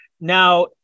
Now